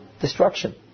destruction